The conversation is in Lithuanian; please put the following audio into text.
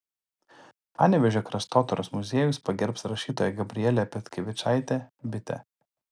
panevėžio kraštotyros muziejus pagerbs rašytoją gabrielę petkevičaitę bitę